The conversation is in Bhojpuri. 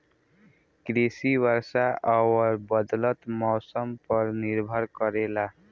कृषि वर्षा और बदलत मौसम पर निर्भर करेला